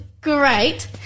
great